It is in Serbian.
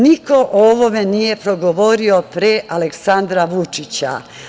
Niko o ovome nije progovorio pre Aleksandra Vučića.